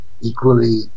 equally